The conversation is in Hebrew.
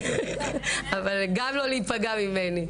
אבל לא להיפגע ממני.